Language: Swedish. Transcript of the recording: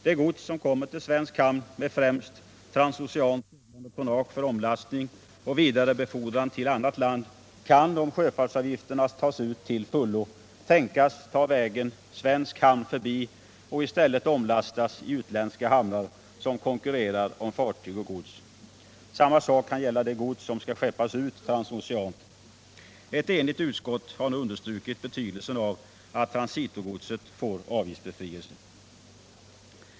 Det gods som kommer till svensk hamn med främst transoceant seglande tonnage för omlastning och vidarebefordran till annat land kan, om sjöfartsavgifterna tas ut till fullo, tänkas ta vägen svensk hamn förbi och i stället omlastas i utländska hamnar som konkurrerar om fartyg och gods. Samma sak kan gälla det gods som skall skeppas ut transoceant. Ett enigt utskott har nu understrukit betydelsen av att transitogodset får avgiftsbefrielse.